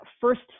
first